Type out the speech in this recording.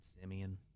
Simeon